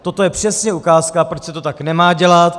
Toto je přesně ukázka, proč se to tak nemá dělat.